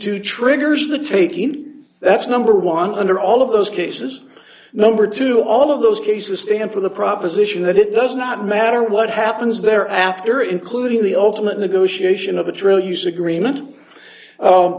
to triggers the taking that's number one under all of those cases number two all of those cases stand for the proposition that it does not matter what happens there after including the ultimate negotiation of the drill use agreement